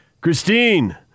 Christine